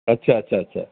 અચ્છા અચ્છા અચ્છા